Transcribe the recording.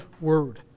word